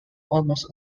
almost